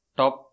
top